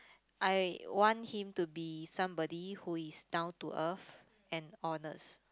I want him to be somebody who is down to earth and honest